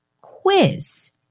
quiz